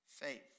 faith